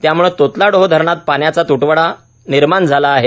त्यामुळं तोतलाडोह धरणात पाण्याचा तुटवडा निर्माण झाला आहे